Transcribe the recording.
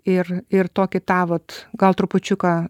ir ir tokį tą vat gal trupučiuką